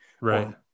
Right